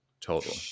total